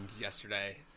yesterday